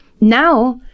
now